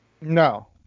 No